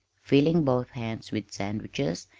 filling both hands with sandwiches,